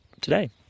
today